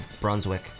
Brunswick